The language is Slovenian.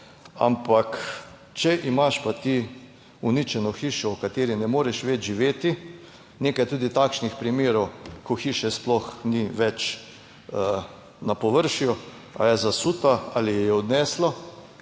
ampak če imaš pa ti uničeno hišo, v kateri ne moreš več živeti, nekaj je tudi takšnih primerov, ko hiše sploh ni več na površju ali je zasuta ali je odneslo,